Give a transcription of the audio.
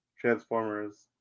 Transformers